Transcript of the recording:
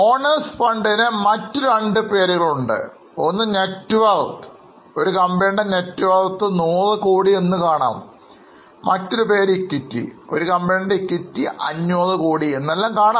owners ഫണ്ടിന് മറ്റു രണ്ടു പേരുകൾ ഉണ്ട് ഒന്ന് Networth എന്നറിയപ്പെടും അതായത് ഒരു കമ്പനിയുടെ Networth 100 കോടി എന്നുകാണാം മറ്റൊരു പേര് Equity ഒരു കമ്പനിയുടെ equity 500 കോടി എന്നെല്ലാം കാണാം